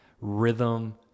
rhythm